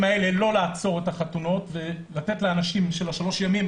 האלה לא לעצור את החתונות אלא לתת לאנשים בשלושת הימים